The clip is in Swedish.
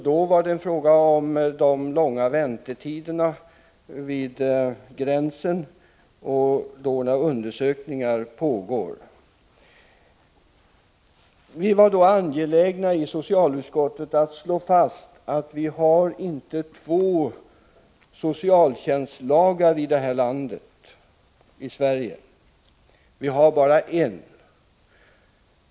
Även tidigare hade man långa väntetider vid gränserna då undersökningar pågick. Socialutskottet var då angeläget om att slå fast att vi inte har två socialtjänstlagar i Sverige utan bara en.